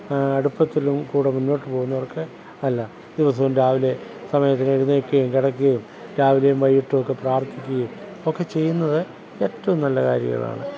അടുപ്പത്തിലും കൂടെ മുന്നോട്ടു പോകുന്നവര്ക്ക് അല്ല ദിവസവും രാവിലെ സമയത്തിനെഴുന്നേൽക്കുകയും കിടക്കുകയും രാവിലെയും വൈകിയിട്ടും ഒക്കെ പ്രാര്ത്ഥിക്കുകയും ഒക്കെ ചെയ്യുന്നത് ഏറ്റവും നല്ല കാര്യങ്ങളാണ്